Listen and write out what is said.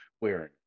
wearing